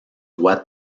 roi